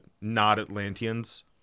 not-Atlanteans